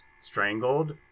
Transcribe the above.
strangled